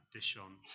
Dishon